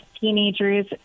teenagers